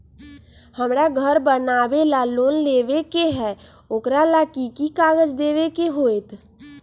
हमरा घर बनाबे ला लोन लेबे के है, ओकरा ला कि कि काग़ज देबे के होयत?